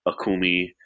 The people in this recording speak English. Akumi